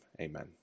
amen